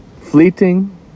Fleeting